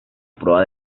proa